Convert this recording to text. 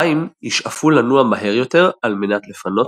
המים ישאפו לנוע מהר יותר על מנת לפנות